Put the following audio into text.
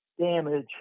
damage